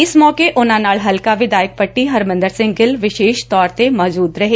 ਇਸ ਮੌਕੇ ਉਨ੍ਹਾਂ ਨਾਲ ਹਲਕਾ ਵਿਧਾਇਕ ਪੱਟੀ ਹਰਮੰਦਰ ਸਿੰਘ ਗਿੱਲ ਵਿਸ਼ੇਸ਼ ਤੌਰ ਤੇ ਮੌਜੂਦ ਰਹੇ